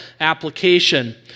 application